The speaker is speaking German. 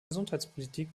gesundheitspolitik